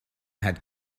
had